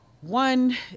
one